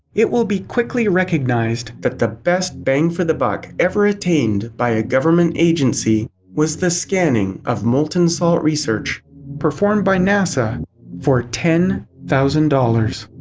it will be quickly recognized that the best bang-for-the-buck ever attained by a government agency was the scanning of molten salt research performed by nasa for ten thousand dollars.